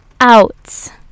out